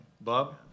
Bob